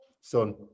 Son